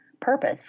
purpose